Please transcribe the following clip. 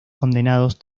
condenados